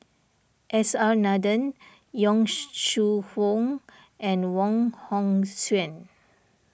S R Nathan Yong Shu Hoong and Wong Hong Suen